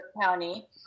County